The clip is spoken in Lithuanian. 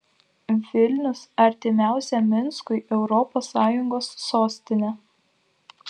vilnius artimiausia minskui europos sąjungos sostinė